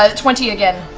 ah twenty again.